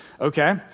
Okay